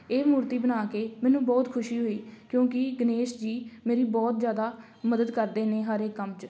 ਇਹ ਮੂਰਤੀ ਬਣਾ ਕੇ ਮੈਨੂੰ ਬਹੁਤ ਖੁਸ਼ੀ ਹੋਈ ਕਿਉਂਕਿ ਗਣੇਸ਼ ਜੀ ਮੇਰੀ ਬਹੁਤ ਜ਼ਿਆਦਾ ਮਦਦ ਕਰਦੇ ਨੇ ਹਰ ਇੱਕ ਕੰਮ 'ਚ